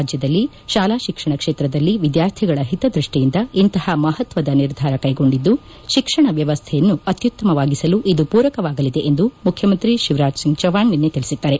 ರಾಜ್ಯದಲ್ಲಿ ಶಾಲಾ ಶಿಕ್ಷಣ ಕ್ಷೇತ್ರದಲ್ಲಿ ವಿದ್ದಾರ್ಥಿಗಳ ಓತದ್ಯಕ್ಷಿಯಂದ ಇಂತಹ ಮಪತ್ವದ ನಿರ್ಧಾರ ಕೈಗೊಂಡಿದ್ದು ಶಿಕ್ಷಣ ವ್ಲವಸ್ಥೆಯನ್ನು ಅತ್ಯುತ್ತಮವಾಗಿಸಲು ಇದು ಪೂರಕ ವಾಗಲಿದೆ ಎಂದು ಮುಖ್ಲಮಂತ್ರಿ ಶಿವರಾಜ್ ಸಿಂಗ್ ಚೌಪಾಣ್ ನಿನ್ನೆ ತಿಳಿಸಿದ್ದಾರೆ